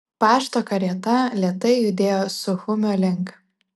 pašto karieta lėtai judėjo suchumio link